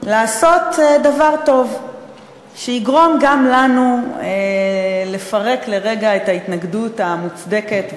לעשות דבר טוב שיגרום גם לנו לפרק לרגע את ההתנגדות המוצדקת,